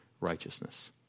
righteousness